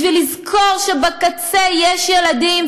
צריך לזכור שבקצה יש ילדים,